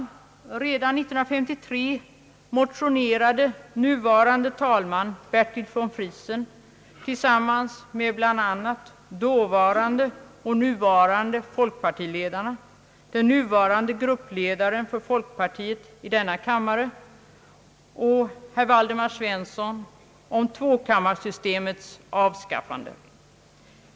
Redan 1953 motionerade nuvarande vice talman Bertil von Friesen tillsammans med bl.a. dåvarande och nuvarande folkpartiledarna, den nuvarande gruppledaren för folkpartiet i denna kammare och herr Waldemar Svensson om tvåkammarsystemets avskaffande.